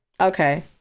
Okay